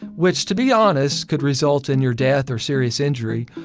which, to be honest, could result in your death or serious injury,